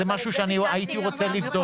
זה משהו שהייתי רוצה לבדוק.